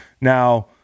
Now